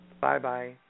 Bye-bye